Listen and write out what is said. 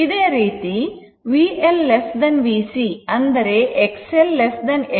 ಇದೇ ರೀತಿ VL VC ಅಂದರೆ XL Xc ಎಂದು ಅರ್ಥ